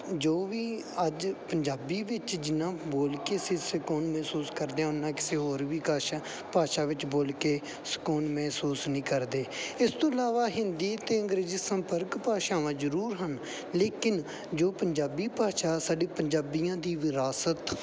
ਜੋ ਵੀ ਅੱਜ ਪੰਜਾਬੀ ਵਿੱਚ ਜਿੰਨਾ ਬੋਲ ਕੇ ਅਸੀਂ ਸਕੂਨ ਮਹਿਸੂਸ ਕਰਦੇ ਹਾਂ ਉੰਨਾ ਕਿਸੇ ਹੋਰ ਭਾਸ਼ਾ ਵਿੱਚ ਬੋਲ ਕੇ ਸਕੂਨ ਮਹਿਸੂਸ ਨਹੀਂ ਕਰਦੇ ਇਸ ਤੋਂ ਇਲਾਵਾ ਹਿੰਦੀ ਅਤੇ ਅੰਗਰੇਜ਼ੀ ਸੰਪਰਕ ਭਾਸ਼ਾਵਾਂ ਜ਼ਰੂਰ ਹਨ ਲੇਕਿਨ ਜੋ ਪੰਜਾਬੀ ਭਾਸ਼ਾ ਸਾਡੀ ਪੰਜਾਬੀਆਂ ਦੀ ਵਿਰਾਸਤ